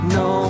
no